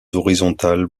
horizontales